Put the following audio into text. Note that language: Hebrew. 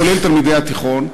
כולל תלמידי התיכון,